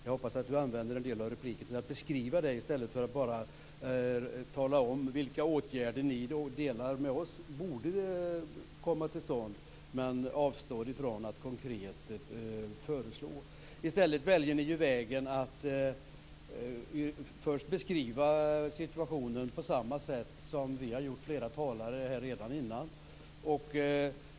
Jag hoppas att du använder en del av repliken till att beskriva det i stället för att bara tala om vilka åtgärder ni, liksom vi, tycker borde komma till stånd men avstår från att konkret föreslå. I stället väljer ni ju vägen att först beskriva situationen på samma sätt som flera andra talare har gjort redan innan.